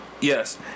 Yes